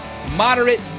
moderate